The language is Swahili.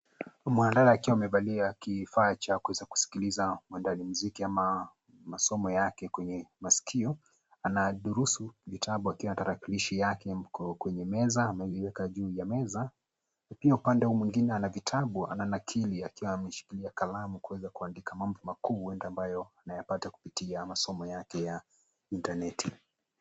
Mwanadada akiwa amevalia kifaa cha kuweza kusikiliza madali muziki ama masomo yake kwenye masikio, anadhurushu vitabu akiwa na talakilishi yake kwenye meza, ameiweka juu ya meza, akiwa upande huu mwingine ana vitabu ananakili akiwaameshika kalamu kuweza kuandika mambo makuu huenda ambayo anayapata kupitia masomo yake ya intaneti.